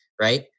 right